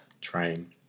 Train